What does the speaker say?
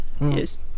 Yes